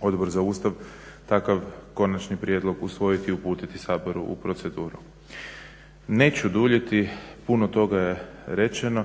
Odbor za Ustav takav konačni prijedlog usvojiti i uputiti Saboru u proceduru. Neću duljiti, puno toga je rečeno